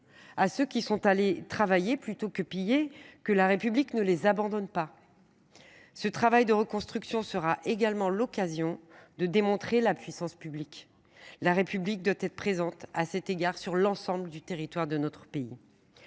à ceux qui sont allés travailler plutôt que piller, que la République ne les abandonne pas. Ce travail de reconstruction sera également l’occasion de démontrer la puissance publique. À cet égard, la République doit être présente sur l’ensemble du territoire de notre pays.